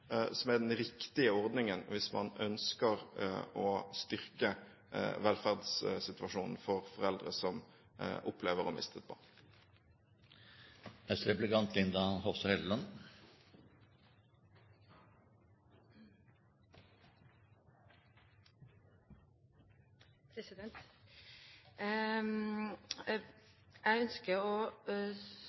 som er den riktige ordningen hvis man ønsker å styrke velferdssituasjonen for foreldre som opplever å miste et